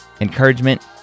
encouragement